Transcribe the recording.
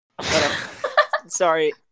Sorry